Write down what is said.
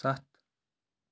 ستھ